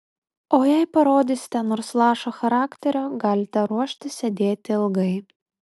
o jei parodysite nors lašą charakterio galite ruoštis sėdėti ilgai